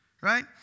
Right